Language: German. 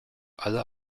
alle